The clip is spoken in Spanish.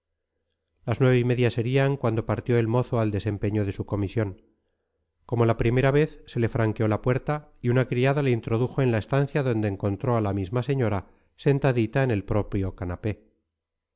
las nueve y media serían cuando partió el mozo al desempeño de su comisión como la primera vez se le franqueó la puerta y una criada le introdujo en la estancia donde encontró a la misma señora sentadita en el propio canapé